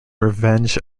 revenge